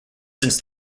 since